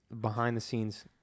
behind-the-scenes